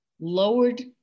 lowered